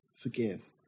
forgive